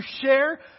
share